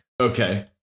Okay